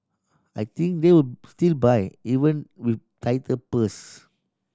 I think they will still buy even with tighter purse